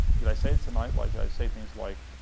did i say it tonight? like i say things like,